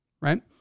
right